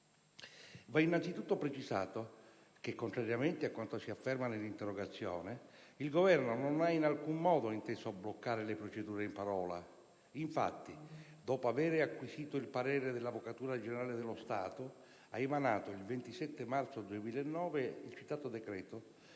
Va innanzitutto precisato che, contrariamente a quanto si afferma nell'interrogazione, il Governo non ha in alcun modo inteso bloccare le procedure in parola; infatti, dopo aver acquisito il parere dell'Avvocatura generale dello Stato, ha emanato, il 27 marzo 2009, il citato decreto,